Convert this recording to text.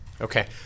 Okay